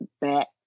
back